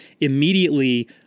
immediately